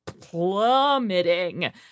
plummeting